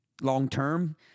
long-term